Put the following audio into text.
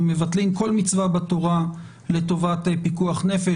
מבטלים כל מצווה בתורה לטובת פיקוח נפש,